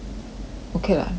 okay lah 没人